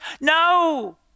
No